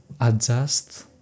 adjust